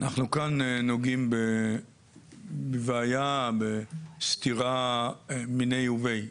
אנחנו כאן נוגעים בבעיה, בסתירה מִנֵּיהּ וּבֵיהּ.